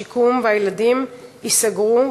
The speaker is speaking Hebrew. השיקום והילדים ייסגרו,